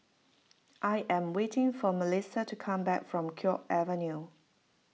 I am waiting for Melissa to come back from Guok Avenue